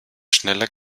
schneller